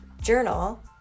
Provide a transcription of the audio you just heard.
journal